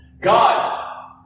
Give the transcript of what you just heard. God